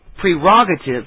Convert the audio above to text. prerogative